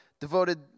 devoted